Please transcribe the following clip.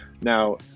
Now